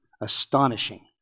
astonishing